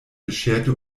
bescherte